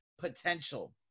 potential